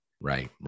Right